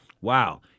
wow